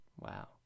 Wow